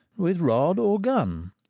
with rod or gun.